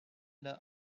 the